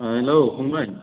हेल' फंबाय